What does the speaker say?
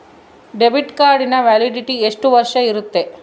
Debit ಕಾರ್ಡಿನ validity ಎಷ್ಟು ವರ್ಷ ಇರುತ್ತೆ?